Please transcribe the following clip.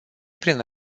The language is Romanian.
prin